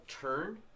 turn